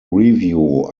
review